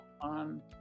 on